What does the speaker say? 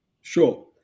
Sure